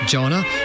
Jonah